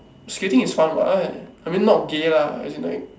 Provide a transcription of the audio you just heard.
skating is fun what I mean not gay lah as in like